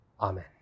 Amen